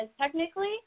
technically